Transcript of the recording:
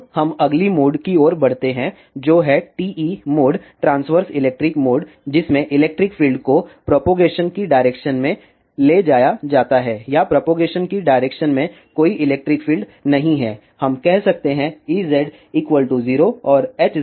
अब हम अगली मोड की ओर बढ़ते हैं जो है TE mode transverse electric mode जिसमें इलेक्ट्रिक फील्ड को प्रोपागेशन की डायरेक्शन में ले जाया जाता है या प्रोपागेशन की डायरेक्शन में कोई इलेक्ट्रिक फील्ड नहीं है हम कह सकते हैं Ez 0 और Hz 0